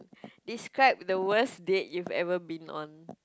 describe the worst date you've ever been on